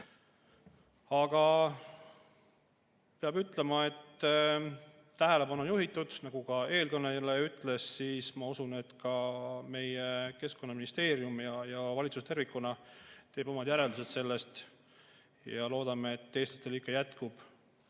Aga peab ütlema, et tähelepanu on juhitud, nagu ka eelkõneleja ütles, ja ma usun, et ka meie Keskkonnaministeerium ja valitsus tervikuna teeb omad järeldused sellest. Loodame, et eestlastel ikka jätkub